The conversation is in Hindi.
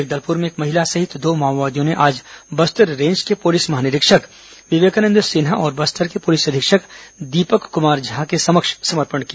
जगदलपुर में एक महिला सहित दो माओवादियों ने आज बस्तर रेंज के पुलिस महानिरीक्षण विवेकानंद सिन्हा और बस्तर के पुलिस अधीक्षक दीपक कुमार झा के समक्ष समर्पण किया